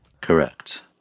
Correct